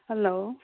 hello